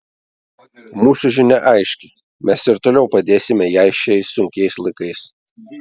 mūsų žinia aiški mes ir toliau padėsime jai šiais sunkiais laikais